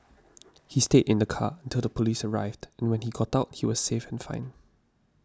he stayed in the car until the police arrived when he got out he was safe and fine